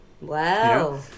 Wow